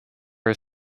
are